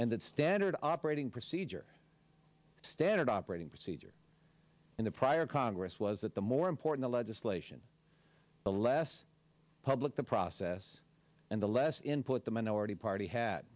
and it's standard operating procedure standard operating procedure in the prior congress was that the more important legislation the less public the process and the less input the minority party ha